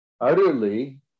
utterly